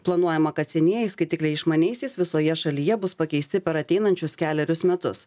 planuojama kad senieji skaitikliai išmaniaisiais visoje šalyje bus pakeisti per ateinančius kelerius metus